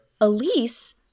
Elise-